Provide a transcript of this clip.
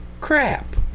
crap